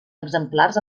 exemplars